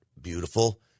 beautiful